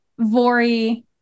Vori